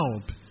help